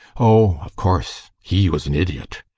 oh, of course he was an idiot!